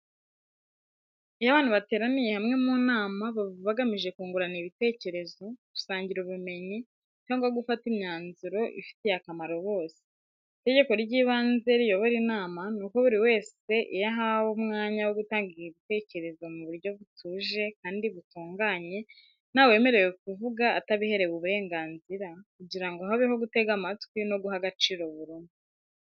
Iyo abantu bateraniye hamwe mu nama, baba bagamije kungurana ibitekerezo, gusangira ubumenyi, cyangwa gufata imyanzuro ifitiye akamaro bose. Itegeko ry’ibanze riyobora inama ni uko buri wese iyo ahawe umwanya wo gutanga ibitekerezo mu buryo butuje kandi butunganye, ntawemerewe kuvuga atabiherewe uburenganzira, kugira ngo habeho gutega amatwi no guha agaciro buri umwe.